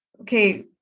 okay